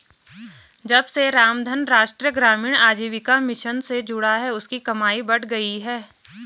जब से रामधन राष्ट्रीय ग्रामीण आजीविका मिशन से जुड़ा है उसकी कमाई बढ़ गयी है